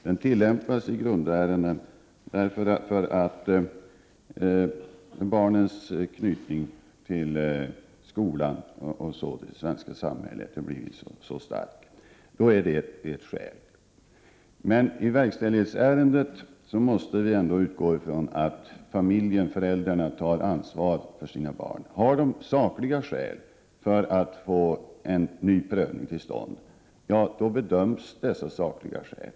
Den tillämpas i grundärenden till följd av att barnens anknytning till skolan och till det svenska samhället har blivit så stark. I de fallen är detta förhållande alltså ett skäl. I verkställighetsärenden måste vi utgå från att föräldrarna kan ta ansvar för sina egna barn. Har familjen sakliga skäl för att få en ny prövning till stånd bedöms dessa sakliga skäl.